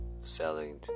selling